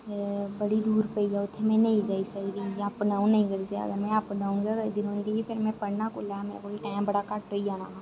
बड़ी दूर पेई गेआ उत्थै में नेईं जाई सकदी ही अगर में अप ड़ाउन गै करदी रौंह्दी ही फिर् में पढ़ना कुसलै हा टाइम बड़ा घट्ट होई जाना हा